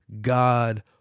God